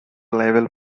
level